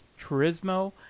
Turismo